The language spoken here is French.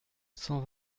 cent